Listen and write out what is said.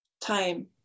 time